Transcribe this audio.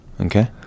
Okay